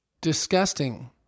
disgusting